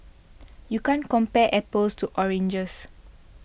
you can't compare apples to oranges